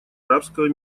арабского